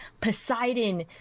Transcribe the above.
Poseidon